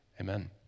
Amen